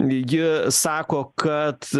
ji sako kad